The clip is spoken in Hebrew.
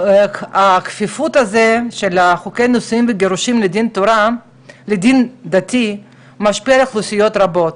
הכפפת חוקי הנישואים והגירושים לדין הדתי משפיע על אוכלוסיות רבות,